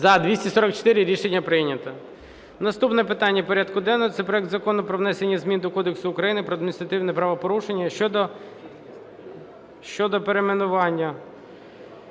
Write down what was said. За-244 Рішення прийнято. Наступне питання порядку денного – це проект Закону про внесення змін до Кодексу України про адміністративні правопорушення щодо перейменування